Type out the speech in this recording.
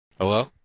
Hello